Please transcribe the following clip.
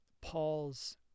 Paul's